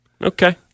Okay